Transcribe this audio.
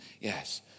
yes